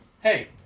Hey